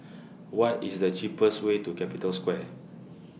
What IS The cheapest Way to Capital Square